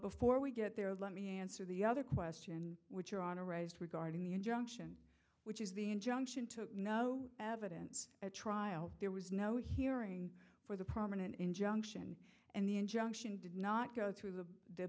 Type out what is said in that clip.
before we get there let me answer the other question which your honor raised regarding the injunction which is the injunction took no evidence at trial there was no hearing for the prominent injunction and the injunction did not go through the